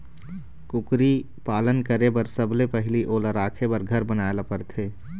कुकरी पालन करे बर सबले पहिली ओला राखे बर घर बनाए ल परथे